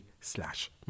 slash